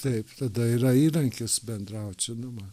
taip tada yra įrankis bendraut žinoma